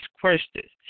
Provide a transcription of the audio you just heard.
questions